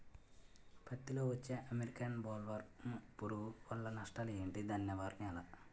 పత్తి లో వచ్చే అమెరికన్ బోల్వర్మ్ పురుగు వల్ల నష్టాలు ఏంటి? దాని నివారణ ఎలా?